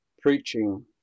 preaching